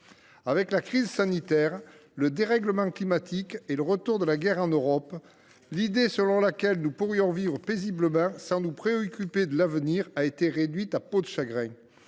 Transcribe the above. Avec la crise sanitaire, le dérèglement climatique et le retour de la guerre en Europe, l’idée selon laquelle nous pourrions vivre paisiblement sans nous préoccuper de l’avenir a été réduite comme peau de chagrin.